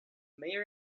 mayor